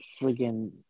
freaking